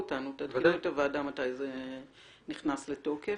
את הוועדה מתי עדכון התקש"יר נכנס לתוקף.